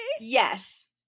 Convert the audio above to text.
Yes